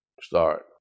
start